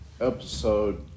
episode